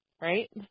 right